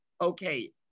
okay –